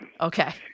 Okay